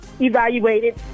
evaluated